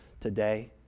today